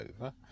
over